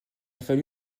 fallu